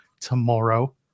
tomorrow